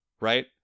right